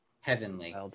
Heavenly